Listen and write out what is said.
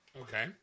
Okay